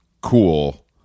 cool